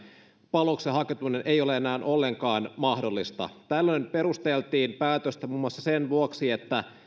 palvelukseen hakeutuminen ei ole enää ollenkaan mahdollista tällöin perusteltiin päätöstä muun muassa sillä että